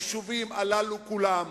היישובים הללו כולם